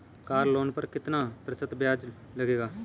Car loan पर कितना प्रतिशत ब्याज लगेगा?